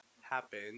happen